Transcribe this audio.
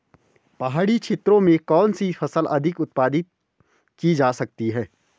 पहाड़ी क्षेत्र में कौन सी फसल अधिक उत्पादित की जा सकती है?